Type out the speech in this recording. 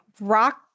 Rock